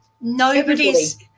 Nobody's